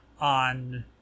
on